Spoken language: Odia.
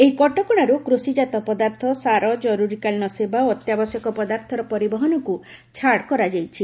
ଏହି କଟକଣାରୁ କୁଷିଜାତ ପଦାର୍ଥ ସାର ଜରୁରୀକାଳୀନ ସେବା ଓ ଅତ୍ୟାବଶ୍ୟକ ପଦାର୍ଥର ପରିବହନକୁ ଛାଡ଼ କରାଯାଇଛି